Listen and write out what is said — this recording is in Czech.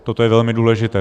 Toto je velmi důležité.